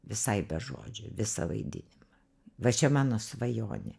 visai be žodžių visą vaidinimą va čia mano svajonė